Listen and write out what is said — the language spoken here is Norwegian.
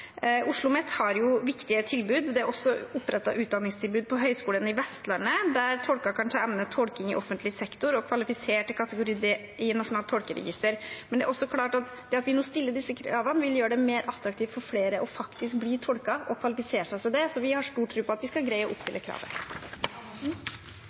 OsloMet har viktige tilbud. Det er også opprettet utdanningstilbud på Høgskolen på Vestlandet, der tolker kan ta emnet «Tolking i offentleg sektor» og kvalifisere seg til kategori D i Nasjonalt tolkeregister. Det er også klart at det at vi nå stiller disse kravene, vil gjøre det mer attraktivt for flere faktisk å bli tolker og kvalifisere seg til det. Så vi har stor tro på at vi skal greie å